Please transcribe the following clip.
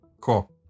Cool